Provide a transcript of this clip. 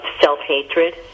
self-hatred